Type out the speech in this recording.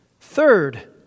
Third